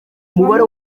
umubare